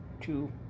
two